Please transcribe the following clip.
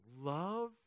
love